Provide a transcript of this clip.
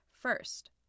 First